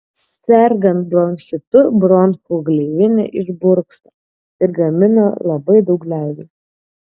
sergant bronchitu bronchų gleivinė išburksta ir gamina labai daug gleivių